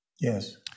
Yes